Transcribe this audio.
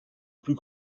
plus